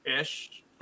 ish